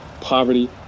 poverty